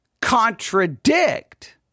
contradict